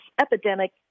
epidemic